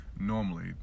normally